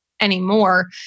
anymore